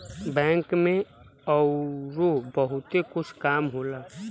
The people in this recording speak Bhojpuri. बैंक में अउरो बहुते कुछ काम होला